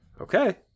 Okay